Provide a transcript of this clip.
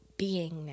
beingness